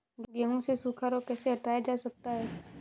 गेहूँ से सूखा रोग कैसे हटाया जा सकता है?